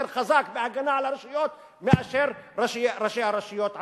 חזק בהגנה על הרשויות מאשר ראשי הרשויות עצמם.